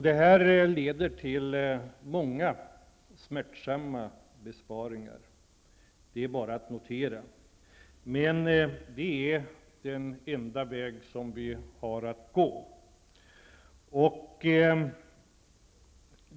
Detta leder till många smärtsamma besparingar. Men det är den enda väg vi har att gå.